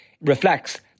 reflects